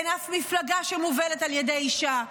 אין אף מפלגה שמובלת על ידי אישה.